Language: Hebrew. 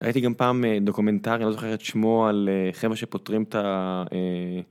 הייתי גם פעם דוקומנטרי, לא זוכר את שמו על חבר'ה שפותרים את ה...